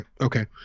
okay